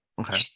Okay